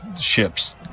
ships